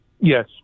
Yes